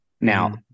Now